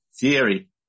Theory